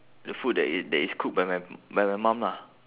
the food that i~ that is cooked by my by my mum lah